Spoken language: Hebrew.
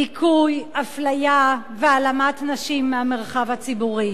דיכוי, אפליה והעלמת נשים מהמרחב הציבורי.